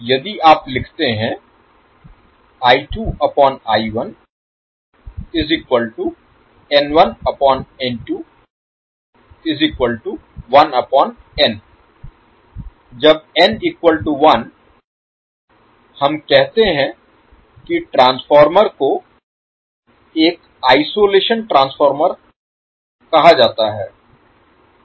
यदि आप लिखते हैं जब n 1 हम कहते हैं कि ट्रांसफार्मर को एक आइसोलेशन ट्रांसफार्मर कहा जाता है